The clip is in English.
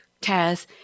Taz